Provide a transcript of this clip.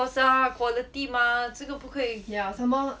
of course ah quality mah 这个不可以